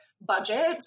budget